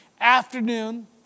afternoon